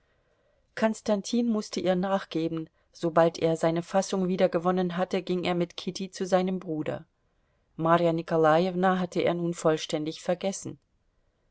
konstantin mußte ihr nachgeben sobald er seine fassung wiedergewonnen hatte ging er mit kitty zu seinem bruder marja nikolajewna hatte er nun vollständig vergessen